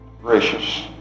gracious